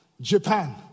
Japan